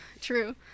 True